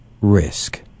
risk